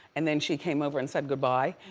and then she came over and said goodbye.